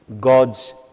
God's